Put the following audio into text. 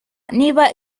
niba